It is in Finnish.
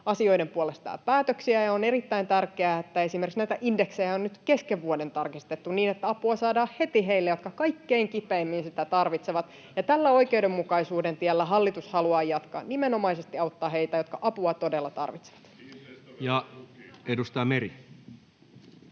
asioiden puolesta jo päätöksiä. On erittäin tärkeää esimerkiksi, että näitä indeksejä on nyt kesken vuoden tarkistettu, niin että apua saadaan heti heille, jotka kaikkein kipeimmin sitä tarvitsevat. Tällä oikeudenmukaisuuden tiellä hallitus haluaa jatkaa, nimenomaisesti auttaa heitä, jotka apua todella tarvitsevat. [Juha